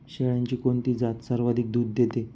शेळ्यांची कोणती जात सर्वाधिक दूध देते?